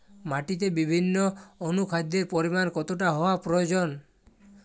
মাটিতে বিভিন্ন অনুখাদ্যের পরিমাণ কতটা হওয়া প্রয়োজন?